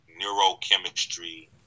neurochemistry